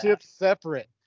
separate